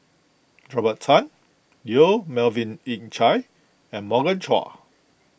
Robert Tan Yong Melvin Yik Chye and Morgan Chua